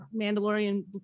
Mandalorian